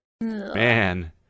Man